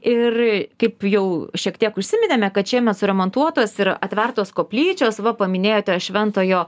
ir kaip jau šiek tiek užsiminėme kad šiemet suremontuotos ir atvertos koplyčios va paminėjote šventojo